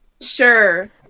Sure